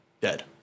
dead